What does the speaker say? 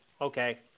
Okay